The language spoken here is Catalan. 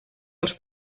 als